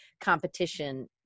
competition